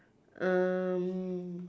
um